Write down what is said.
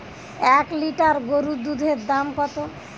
এক লিটার গোরুর দুধের দাম কত?